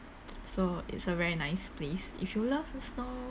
so it's a very nice place if you love the snow